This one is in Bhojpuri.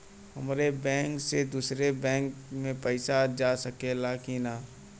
हमारे बैंक से दूसरा बैंक में पैसा जा सकेला की ना?